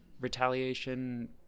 retaliation